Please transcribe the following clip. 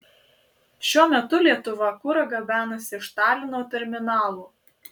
šiuo metu lietuva kurą gabenasi iš talino terminalo